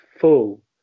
full